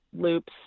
loops